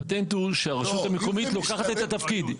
הפטנט הוא שהרשות המקומית לוקחת את התפקיד.